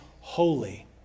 holy